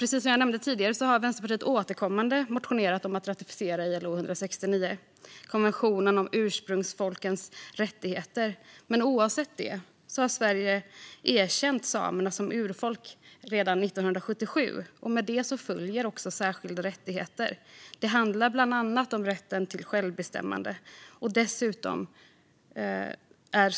Precis som jag nämnde tidigare har Vänsterpartiet återkommande motionerat om att ratificera ILO 169, konventionen om ursprungsfolkens rättigheter. Men oavsett det erkände Sverige samerna som urfolk redan 1977, och med det följer särskilda rättigheter. Det handlar bland annat om rätt till självbestämmande.